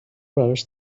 براش